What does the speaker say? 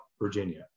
Virginia